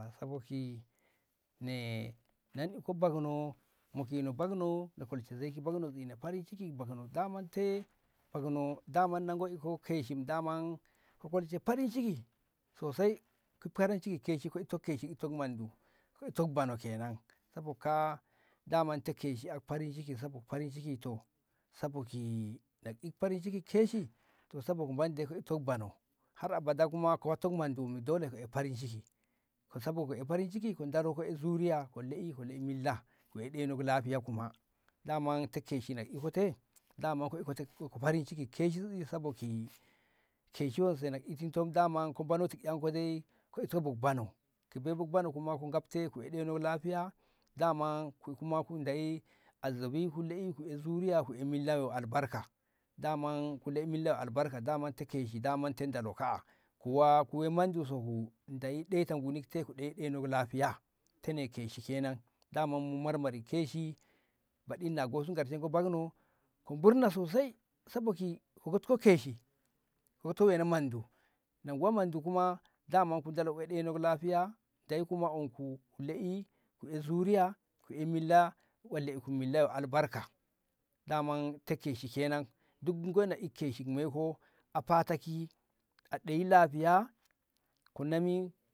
saboki nei iko bakno mokino bakno na ishe farinciki bakno daman te bakno daman ka iko keshi daman ka kolshe farinciki sosai ka farinciki keshinko ittat mondu ka ittat bono kenan saboda kaa'a daman ita keshi iti farinciki to sabo ki na ka i farinciki keshi to saboda monde ko ittat bono to sabo ki kaa'a manko itat bono kuma dole ki koli farinciki to sabo ki i farinciki sabo ki daluk zuriya ki la'i ka wai milla ka wai zaman lafiya kuma daman ita keshi na iko te ka daman itako farinciki sabo da keshi wonso na itinto daman ka motik ƴanko dai ka iko bo bano kuma ka wainak lahiya zukuma daman Deyi a zowinku zuriya ku wai milla yo ki albarka daman ka la'i milla ki albarka daman ita keshi daman ita dolo kaa'a ku we modi sahu ku ina ɗeino lahiya ngunik te ku ai ɗeno lahiya keshi kenan daman mu marmari keshi baɗi na gosu ngershenno bakno ku mur na sosai saboda ka gok ko keshi goko wena mondu na ka wano mondu kuma ka dolo ɗenok lahiya Deyi unku ki zuriya ku la'i milla ki yo albar ka daman ita keshi kenan duk ngo na iko keshi moi ko a tatake ki a ɗei lahiya ku nami.